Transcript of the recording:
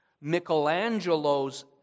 Michelangelo's